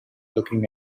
looking